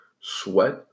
sweat